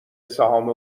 سهام